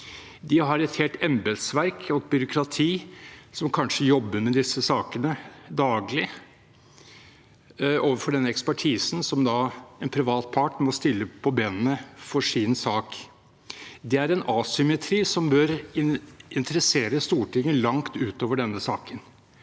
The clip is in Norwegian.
den har et helt embetsverk og byråkrati som kanskje jobber med disse sakene daglig, i motsetning til den ekspertisen som en privat part må stille på bena for sin sak. Det er en asymmetri som bør interessere Stortinget langt utover denne saken.